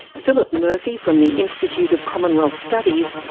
philip murphy from the institute of commonwealth studies,